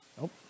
Nope